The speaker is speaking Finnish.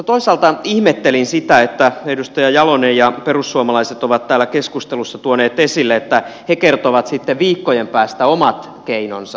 toisaalta ihmettelin sitä että edustaja jalonen ja perussuomalaiset ovat täällä keskustelussa tuoneet esille että he kertovat sitten viikkojen päästä omat keinonsa